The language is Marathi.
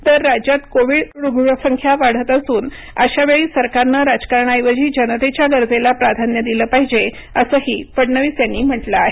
तर राज्यात कोविड रुग्णसंख्या वाढत असून अशा वेळी सरकारने राजकारणाऐवजी जनतेच्या गरजेला प्राधान्य दिलं पाहिजे असंही फडणवीस यांनी म्हटलं आहे